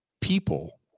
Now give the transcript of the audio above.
people